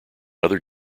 other